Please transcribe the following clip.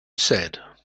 said